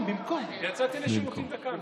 יצאתי לדקה.